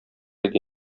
иде